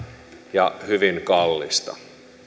ja hyvin kallista